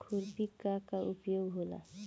खुरपी का का उपयोग होला?